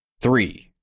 three